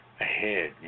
ahead